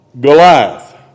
Goliath